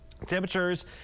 Temperatures